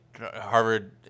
harvard